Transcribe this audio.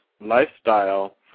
lifestyle